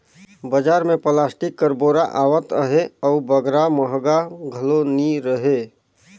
बजार मे पलास्टिक कर बोरा आवत अहे अउ बगरा महगा घलो नी रहें